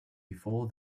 before